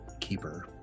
keeper